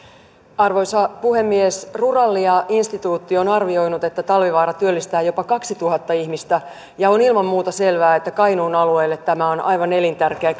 arvoisa puhemies ruralia instituutti on arvioinut että talvivaara työllistää jopa kaksituhatta ihmistä ja on ilman muuta selvää että kainuun alueelle tämä on aivan elintärkeä